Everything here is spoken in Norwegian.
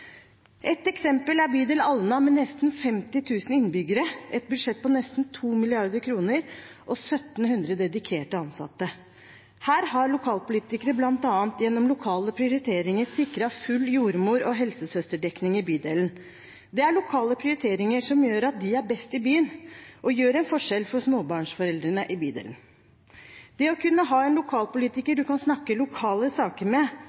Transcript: et budsjett på nesten 2 mrd. kr og 1 700 dedikerte ansatte. Her har lokalpolitikere bl.a. gjennom lokale prioriteringer sikret full jordmor- og helsesøsterdekning i bydelen. Det er lokale prioriteringer som gjør at de er best i byen og gjør en forskjell for småbarnsforeldrene i bydelen. Det å ha en lokalpolitiker man kan snakke lokale saker med,